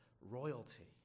royalty